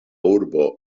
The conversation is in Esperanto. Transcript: urbo